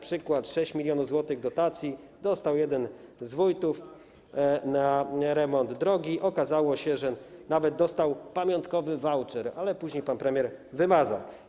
Przykład: 6 mln zł dotacji dostał jeden z wójtów na remont drogi, okazało się, że nawet dostał pamiątkowy voucher, ale później pan premier wymazał.